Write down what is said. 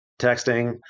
texting